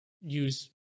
use